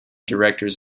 directors